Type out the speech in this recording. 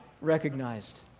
recognized